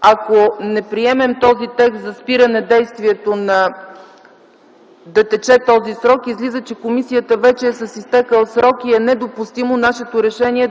ако не приемем този текст, за да спре да тече този срок, излиза, че комисията вече е с изтекъл срок и е недопустимо нашето решение